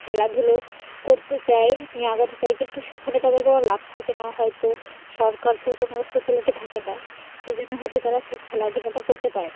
খেলাধুলো করতে চায় নিয়ে আগাতে চায় কিন্তু সেখানে তাদের কোনো লাভ থাকে না হয়তো সরকার থেকে কোনো ফেসিলিটি থাকে না সেই জন্য হয়তো তারা সেই খেলাধুলাটা করতে পারেন